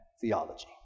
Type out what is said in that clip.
theology